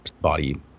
body